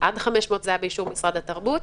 עד 500 היה באישור משרד התרבות,